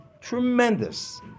tremendous